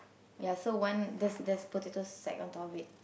ya so one there's there's potato sack on top of it